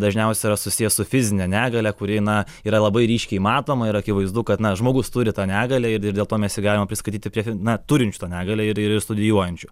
dažniausiai yra susijęs su fizine negalia kuri na yra labai ryškiai matoma ir akivaizdu kad na žmogus turi tą negalią ir ir dėl to mes galima priskaityti prie na turinčių tą negalią ir ir studijuojančių